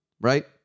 right